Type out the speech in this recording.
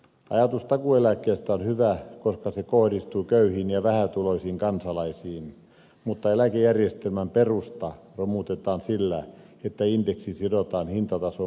ajatus takuueläkkeestä on hyvä koska se kohdistuu köyhiin ja vähätuloisiin kansalaisiin mutta eläkejärjestelmän perusta romutetaan sillä että indeksi sidotaan hintatason muutoksiin